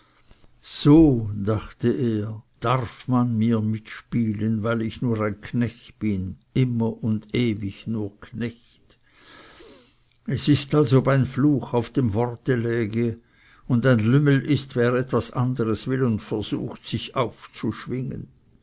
so dachte er darf man mir mitspielen weil ich nur ein knecht bin immer und ewig nur knecht es ist als ob ein fluch auf dem worte läge und ein lümmel ist wer etwas anderes will und versucht sich aufzuschwingen